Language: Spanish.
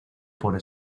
por